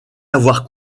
avoir